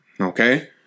Okay